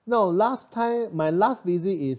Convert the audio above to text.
no last time my last visit